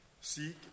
seek